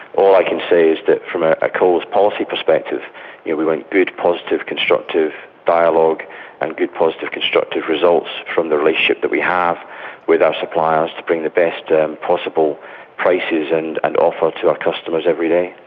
all i can say is that from a ah coles policy perspective yeah we want good, positive, constructive dialogue and good, positive, constructive results from the relationship that we have with our suppliers to bring the best and possible prices and and offers to our customers every day.